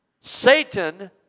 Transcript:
Satan